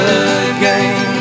again